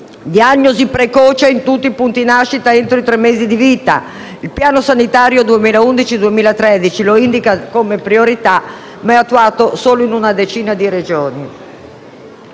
diagnosi precoce in tutti i punti nascita in Italia entro i tre mesi di vita. Il Piano sanitario 2011-2013 lo indica come priorità, ma è attuato solo in una decina di Regioni.